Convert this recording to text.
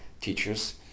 teachers